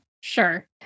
sure